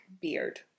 beard